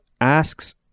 asks